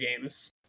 games